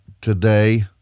today